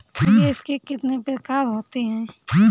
निवेश के कितने प्रकार होते हैं?